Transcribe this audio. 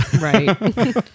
Right